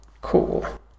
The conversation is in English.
Cool